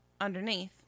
Underneath